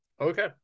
Okay